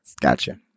Gotcha